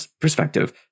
perspective